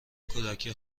کودکی